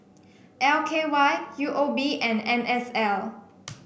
L K Y U O B and N S L